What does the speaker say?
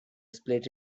split